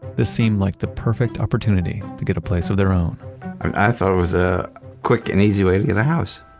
this seemed like the perfect opportunity to get a place of their own i thought was a quick and easy way to get a house.